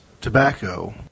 tobacco